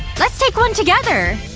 let's take one together!